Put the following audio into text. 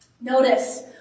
Notice